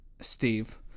Steve